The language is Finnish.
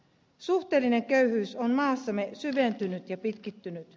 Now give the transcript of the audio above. suhteellinen köyhyys on maassamme syventynyt ja pitkittynyt